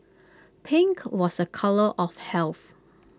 pink was A colour of health